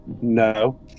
No